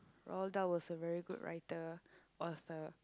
Roald-Dahl was a very good writer author